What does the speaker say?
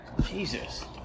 Jesus